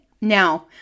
Now